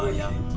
ah young